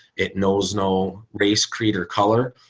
it knows no race, creed or color.